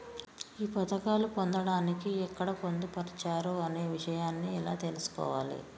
ఈ పథకాలు పొందడానికి ఎక్కడ పొందుపరిచారు అనే విషయాన్ని ఎలా తెలుసుకోవాలి?